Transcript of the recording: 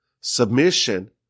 submission